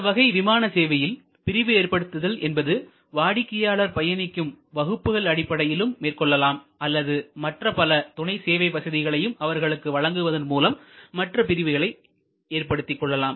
இந்த வகை விமான சேவையில் பிரிவு ஏற்படுத்துதல் என்பது வாடிக்கையாளர் பயணிக்கும் வகுப்புகள் அடிப்படையிலும் மேற்கொள்ளலாம் அல்லது மற்ற பல துணை சேவை வசதிகளையும் அவர்களுக்கு வழங்குவதன் மூலம் மற்ற பிரிவை ஏற்படுத்திக் கொள்ளலாம்